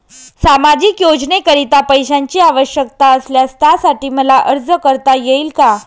सामाजिक योजनेकरीता पैशांची आवश्यकता असल्यास त्यासाठी मला अर्ज करता येईल का?